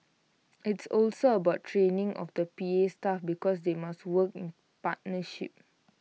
it's also about training of the P A staff because they must work in partnership